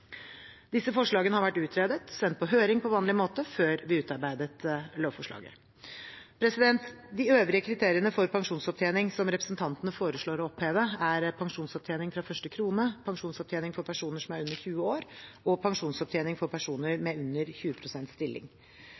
Disse forslagene har vært utredet og sendt på høring på vanlig måte før vi utarbeidet lovforslaget. De øvrige kriteriene for pensjonsopptjening som representantene foreslår å oppheve, er pensjonsopptjening fra første krone, pensjonsopptjening for personer som er under 20 år, og pensjonsopptjening for personer med under 20 pst. stilling.